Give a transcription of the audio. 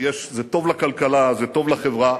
זה טוב לכלכלה, זה טוב לחברה.